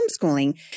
homeschooling